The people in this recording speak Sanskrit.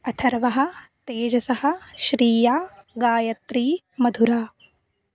अथर्वः तेजसः श्रीया गायत्री मधुरा